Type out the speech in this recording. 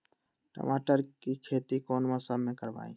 टमाटर की खेती कौन मौसम में करवाई?